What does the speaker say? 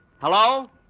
Hello